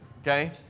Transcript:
Okay